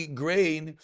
grain